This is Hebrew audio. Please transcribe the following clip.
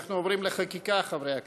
אנחנו עוברים לחקיקה, חברי הכנסת.